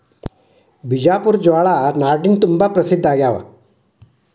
ಬಿಜಾಪುರ ಜ್ವಾಳಾ ಪ್ರಸಿದ್ಧ ಆಗ್ಯಾವ ನಾಡಿನ ತುಂಬಾ